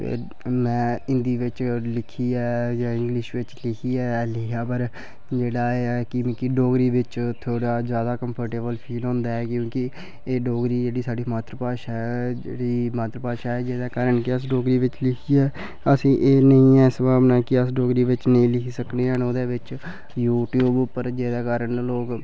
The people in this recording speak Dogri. जित्थें कि में हि्न्दी च लिखियै इन्गलिश च लिखियै पर डोगरी च मिगी ज्यादा कम्फर्टेवल फील होंदा ए क्यूंकि डोगरी साढ़ी मात्र भाशा ऐ जेह्दे कारण अस डोगरी च लिखियै असें गी एह् संभावना नेईं ऐ कि असें गी डोगरी च नेईं लिखी सकनेआं यूट्यूब पर जेह्दे कारण लोक